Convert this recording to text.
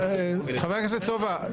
חבר הכנסת סובה,